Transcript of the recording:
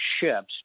ships